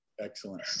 Excellent